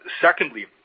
Secondly